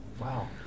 Wow